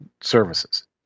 services